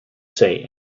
say